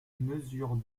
mesure